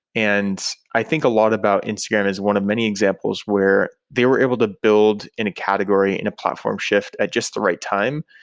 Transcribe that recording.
and i think a lot about instagram is one of many examples where they were able to build in a category, in a platform shift at just the right time.